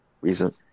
reason